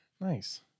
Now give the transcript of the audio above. Nice